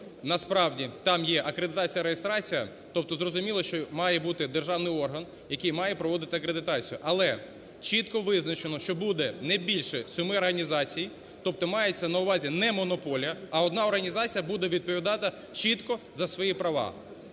насправді там є акредитація-реєстрація, тобто зрозуміло, що має бути державний орган, який має проводити акредитацію. Але чітко визначено, що буде не більше семи організацій, тобто мається на увазі не монополія, а одна організація буде відповідати чітко за свої права